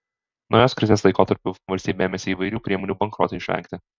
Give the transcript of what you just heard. naujos krizės laikotarpiu valstybė ėmėsi įvairių priemonių bankrotui išvengti